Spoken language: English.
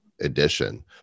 edition